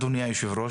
אדוני היושב-ראש,